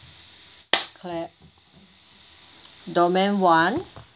domain one